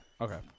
Okay